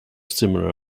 similar